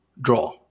draw